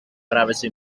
privacy